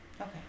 okay